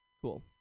Cool